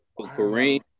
Kareem